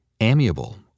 amiable